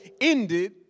ended